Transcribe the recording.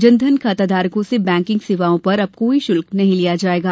जनधन खाताधारकों से बैंकिंग सेवाओं पर अब कोई शुल्क नहीं लिया जायेगा